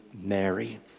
Mary